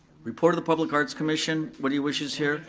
report of the public arts commission, what are your wishes here?